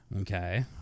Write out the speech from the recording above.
Okay